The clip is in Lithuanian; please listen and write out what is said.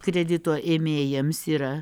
kredito ėmėjams yra